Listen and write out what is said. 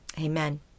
Amen